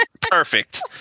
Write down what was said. Perfect